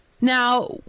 Now